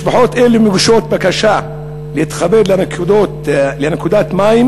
משפחות אלו מגישות בקשה להתחבר לנקודת מים